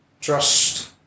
trust